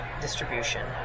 distribution